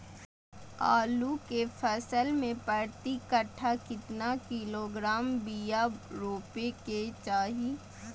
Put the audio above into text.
आलू के फसल में प्रति कट्ठा कितना किलोग्राम बिया रोपे के चाहि?